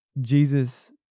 Jesus